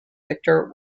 victor